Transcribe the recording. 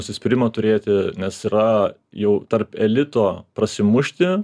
užsispyrimo turėti nes yra jau tarp elito prasimušti